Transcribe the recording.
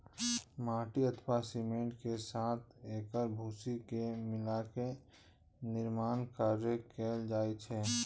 माटि अथवा सीमेंट के साथ एकर भूसी के मिलाके निर्माण कार्य कैल जाइ छै